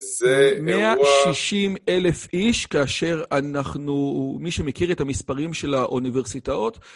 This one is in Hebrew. זה אירוע... 160 אלף איש, כאשר אנחנו, מי שמכיר את המספרים של האוניברסיטאות...